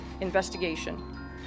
investigation